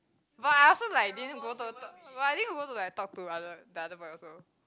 but I also like didn't go to talk but I didn't go to like talk to the other the other boy also